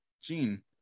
Gene